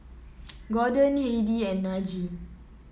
Gorden Heidi and Najee